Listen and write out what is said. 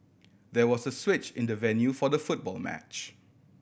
there was a switch in the venue for the football match